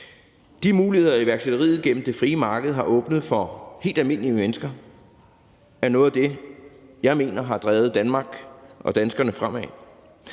De muligheder, som iværksætteriet gennem det frie marked har åbnet for helt almindelige mennesker, er noget af det, jeg mener har drevet Danmark og danskerne fremad.